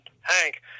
Hank